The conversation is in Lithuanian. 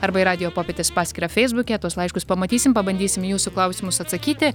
arba į radijo popietės paskyrą feisbuke tuos laiškus pamatysim pabandysim į jūsų klausimus atsakyti